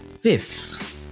Fifth